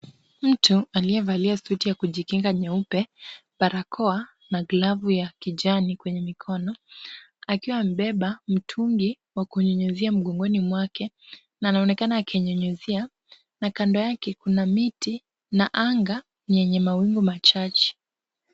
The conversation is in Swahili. Mtu aliyevalia suti ya kujikinga nyeupe, barakoa na glavu ya kijani kwenye mkono akiwa amebeba mtungi wa kunyunyizia mgongoni mwake na anaonekana akinyunyizia na kando yake kuna miti na anga ni yenye mawingu machache.